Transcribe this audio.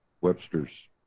Webster's